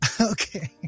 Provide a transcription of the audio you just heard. Okay